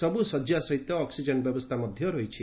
ସବୁ ଶଯ୍ୟା ସହିତ ଅକ୍ନିଜେନ୍ ବ୍ୟବସ୍ଥା ମଧ୍ୟ ରହିଛି